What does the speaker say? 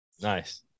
Nice